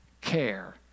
care